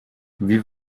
wie